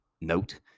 note